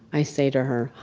i say to her,